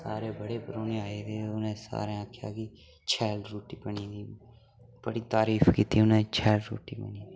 सारे बड़े परौह्न आए दे हे उने सारें आखेआ कि शैल रुट्टी बनी दी बड़ी तारीफ कीती उनै शैल रुट्टी बनी दी